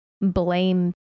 blame